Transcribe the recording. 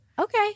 Okay